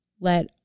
let